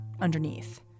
underneath